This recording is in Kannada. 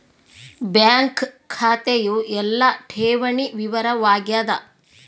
ಬ್ಯಾಂಕ್ ಖಾತೆಯು ಎಲ್ಲ ಠೇವಣಿ ವಿವರ ವಾಗ್ಯಾದ